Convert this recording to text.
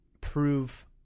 prove